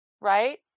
right